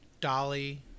Dolly